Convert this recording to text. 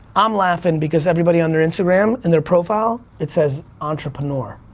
i'm laughing because everybody on their instagram and their profile, it says entrepreneur.